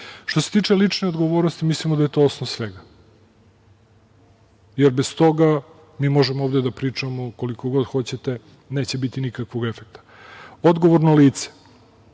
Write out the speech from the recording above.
se tiče lične odgovornosti, mislimo da je to osnov svega, jer bez toga mi možemo ovde da pričamo koliko god hoćete, neće biti nikakvog efekta. Odgovorno lice,